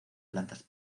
plantas